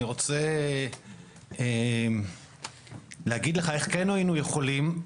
אני רוצה לומר איך כן היינו יכולים,